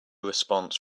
response